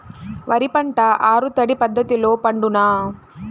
వరి పంట ఆరు తడి పద్ధతిలో పండునా?